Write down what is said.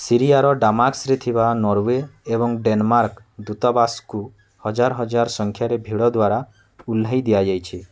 ସିରିଆର ଡାମାସ୍କସରେ ଥିବା ନରୱେ ଏବଂ ଡେନମାର୍କ୍ ଦୂତାବାସକୁ ହଜାର ହଜାର ସଂଖ୍ୟାରେ ଭିଡ଼ ଦ୍ୱାରା ଓହ୍ଲାଇ ଦିଆଯାଇଛି